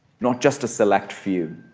not just a select few.